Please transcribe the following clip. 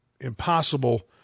impossible